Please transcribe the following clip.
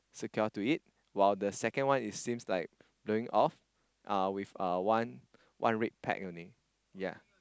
secure to it while the second one it seems like blowing off uh with uh one one red peg only ya